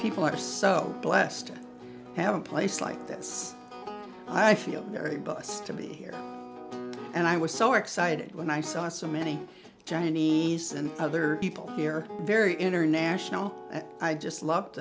people are so blessed to have a place like this i feel very blessed to be here and i was so excited when i saw so many chinese and other people here very international i just love